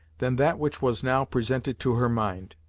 than that which was now presented to her mind.